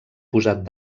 posat